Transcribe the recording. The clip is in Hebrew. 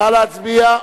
נא להצביע.